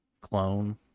clone